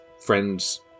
friends